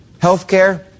Healthcare